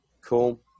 Cool